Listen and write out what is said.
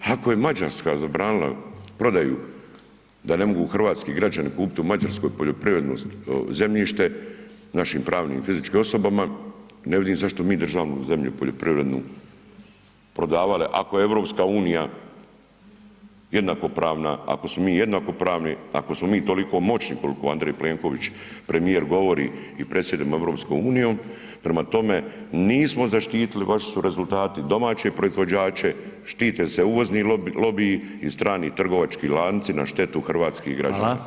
Ako je Mađarska zabranila prodaju da ne mogu hrvatski građani kupiti u Mađarskoj poljoprivredno zemljište našim pravnim i fizičkim osobama, ne vidim zašto mi državnu zemlju poljoprivrednu prodavali, ako je EU jednakopravna, ako smo jednakopravni, ako smo mi toliko moćni koliko Andrej Plenković premijer govori i predsjedamo EU, prema tome nismo zaštitili vaši su rezultati, domaće proizvođače, štite se uvozni lobiji i strani trgovački lanci na štetu hrvatskih građana.